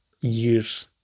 years